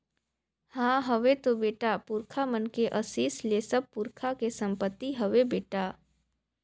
हां हवे तो बेटा, पुरखा मन के असीस ले सब पुरखा के संपति हवे बेटा